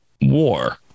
war